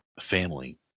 family